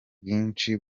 bwinshi